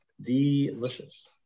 delicious